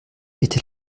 bitte